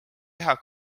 teha